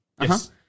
Yes